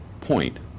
point